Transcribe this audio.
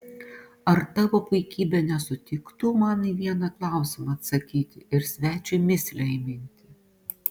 ar tavo puikybė nesutiktų man į vieną klausimą atsakyti ir svečiui mįslę įminti